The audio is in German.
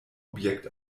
objekt